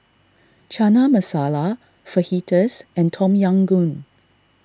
Chana Masala Fajitas and Tom Yam Goong